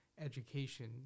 education